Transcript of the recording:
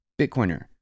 Bitcoiner